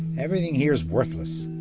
everything here is worthless.